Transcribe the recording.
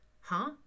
Huh